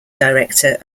director